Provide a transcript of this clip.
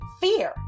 fear